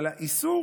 אבל באיסור